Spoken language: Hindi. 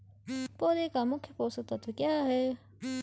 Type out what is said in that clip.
पौधें का मुख्य पोषक तत्व क्या है?